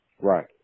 Right